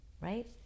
right